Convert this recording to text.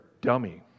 dummy